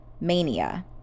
mania